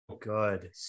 good